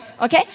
Okay